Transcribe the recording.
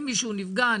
אם מישהו נפגע,